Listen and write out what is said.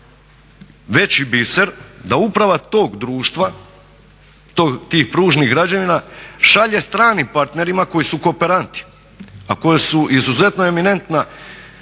veći biser da uprava tog društva tih pružnih građevina šalje stranim partnerima koji su kooperanti a koji su izuzetno emanentna